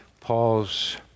Paul's